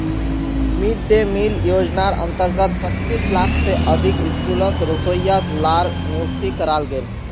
mid day meal योज्नार अंतर्गत पच्चीस लाख से अधिक स्कूलोत रोसोइया लार नियुक्ति कराल गेल